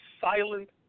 silent